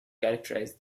categorize